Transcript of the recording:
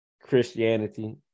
Christianity